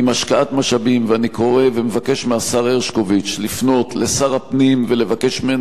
ואני קורא ומבקש מהשר הרשקוביץ לפנות לשר הפנים ולבקש ממנו כבר עכשיו,